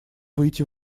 выйти